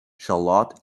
charlotte